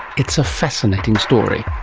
it's a fascinating story.